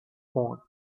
phone